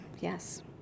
Yes